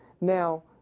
Now